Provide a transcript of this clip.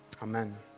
Amen